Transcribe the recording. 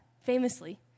famously